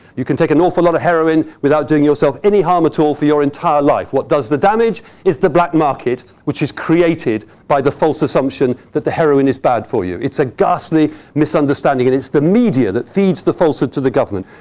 you can take an awful lot of heroin without doing yourself any harm at all for your entire life. what does the damage is the black market, which is created by the false assumption that the heroin is bad for you. it's a ghastly misunderstanding. and it's the media that feeds the falsehood to the government.